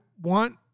want